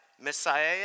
Messiah